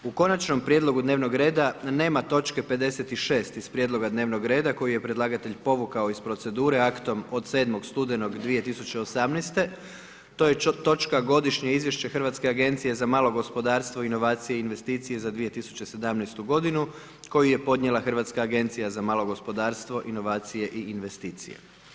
U konačnom prijedlogu dnevnom reda, nema točke 56. iz prijedloga dnevnog reda, koji je predlagatelj povukao iz procedure, aktualno od 7. studenog 2018. to je točka godišnje izvješće Hrvatske agencije za malo gospodarstvo, inovacije i investicije za 2017. g. koji je podnijela Hrvatska agencija za malo gospodarstvo, inovacije i investicije.